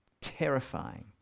Terrifying